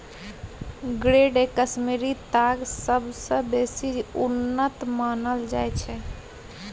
grade A Kashmiri ताग सबसँ बेसी उन्नत मानल जाइ छै